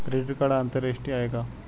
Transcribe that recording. Credit card आंतरराष्ट्रीय आहे का?